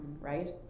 right